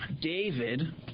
David